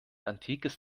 antikes